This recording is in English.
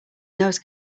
those